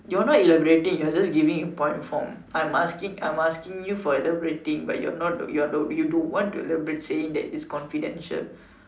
you're not elaborating you're just giving in point form I'm asking I'm asking for elaborating but you're not you don't want to elaborate saying it is confidential